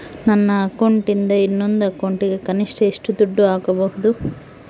ನನ್ನ ಅಕೌಂಟಿಂದ ಇನ್ನೊಂದು ಅಕೌಂಟಿಗೆ ಕನಿಷ್ಟ ಎಷ್ಟು ದುಡ್ಡು ಹಾಕಬಹುದು?